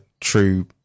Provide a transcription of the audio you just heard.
true